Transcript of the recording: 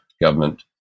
government